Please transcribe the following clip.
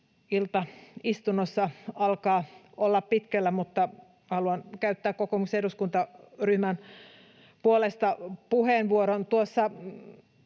Ilta istunnossa alkaa olla pitkällä, mutta haluan käyttää kokoomuksen eduskuntaryhmän puolesta puheenvuoron.